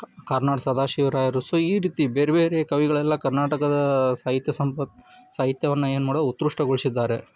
ಕ ಕಾರ್ನಾಡ್ ಸದಾಶಿವ ರಾಯರು ಸೊ ಈ ರೀತಿ ಬೇರೆ ಬೇರೆ ಕವಿಗಳೆಲ್ಲ ಕರ್ನಾಟಕದ ಸಾಹಿತ್ಯ ಸಂಪತ್ತು ಸಾಹಿತ್ಯವನ್ನು ಏನು ಮಾಡಿದ್ರು ಉತ್ಕೃಷ್ಟಗೊಳಿಸಿದ್ದಾರೆ